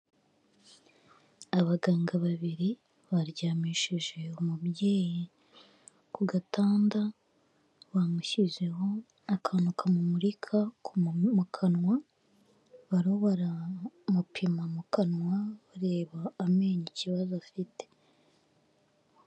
Abaganga babiri baryamishije umubyeyi ku gatanda, bamushyizeho akantu kamumurika mu kanwa barimo baramupima mu kanwa bareba amenyo ikibazo afite.